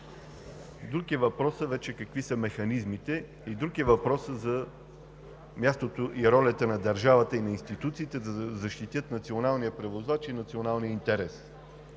Друг е въпросът какви са механизмите и друг е въпросът за мястото и ролята на държавата и на институциите да защитят националния превозвач и националния интерес.